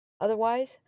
Otherwise